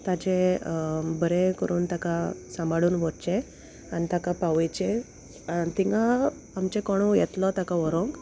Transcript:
ताचें बरें करून ताका सांबाळून व्हरचें आनी ताका पावयचें आनी तिंगा आमचें कोणू येतलो ताका व्हरोंक